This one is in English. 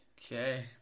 Okay